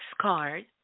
card